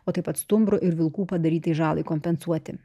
o taip pat stumbrų ir vilkų padarytai žalai kompensuoti